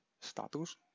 status